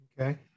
Okay